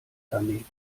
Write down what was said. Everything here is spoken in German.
planet